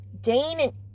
Dane